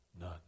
none